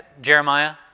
Jeremiah